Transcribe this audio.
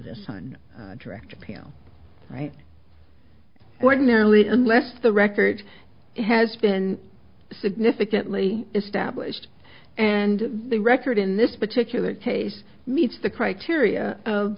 this on direct appeal right ordinarily unless the record has been significantly established and the record in this particular case meets the criteria of